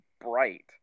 bright